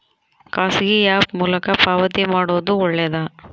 ಖಾಸಗಿ ಆ್ಯಪ್ ಮೂಲಕ ಪಾವತಿ ಮಾಡೋದು ಒಳ್ಳೆದಾ?